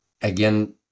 again